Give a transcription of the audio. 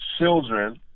children